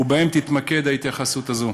ובהם תתמקד ההתייחסות הזו.